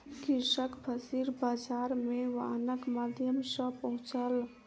कृषक फसिल बाजार मे वाहनक माध्यम सॅ पहुँचल